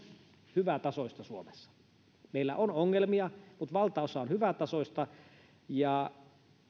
hyvätasoista meillä on ongelmia mutta valtaosa on hyvätasoista ja